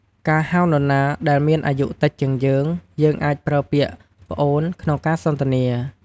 ការហៅនរណាដែលមានអាយុតិចជាងយើង យើងអាចប្រើពាក្យ "ប្អូន" ក្នុងការសន្ទនា។